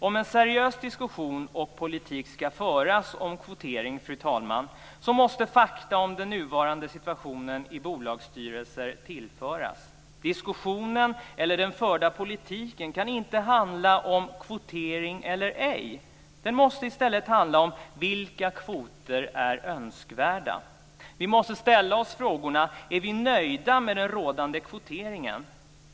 Om en seriös diskussion och politik ska föras om kvotering, fru talman, måste fakta om den nuvarande situationen i bolagsstyrelser tillföras. Diskussionen eller den förda politiken kan inte handla om "kvotering eller ej". Den måste i stället handla om vilka kvoter som är önskvärda. Vi måste ställa oss frågorna: Är vi nöjda med den rådande kvoteringen?